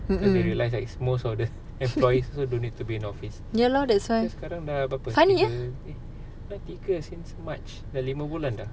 cause you realise that most of the employees also don't need to be in office cause sekarang dah berapa tiga eh dah tiga since march dah lima bulan dah